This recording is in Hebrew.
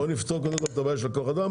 בואו נפתור קודם כל את הבעיה של כוח האדם,